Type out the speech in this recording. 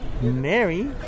Mary